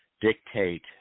dictate